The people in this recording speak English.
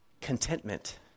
contentment